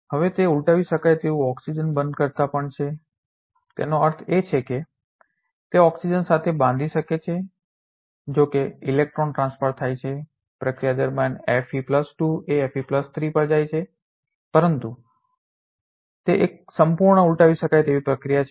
હવે તે ઉલટાવી શકાય તેવું ઓક્સિજન બંધનકર્તા પણ છે તેનો અર્થ એ કે તે ઓક્સિજન સાથે બાંધી શકે છે જોકે ઇલેક્ટ્રોન ટ્રાન્સફર થાય છે પ્રક્રિયા દરમિયાન Fe2 એ Fe3 પર જાય છે પરંતુ તે એક સંપૂર્ણ ઉલટાવી શકાય તેવી પ્રક્રિયા છે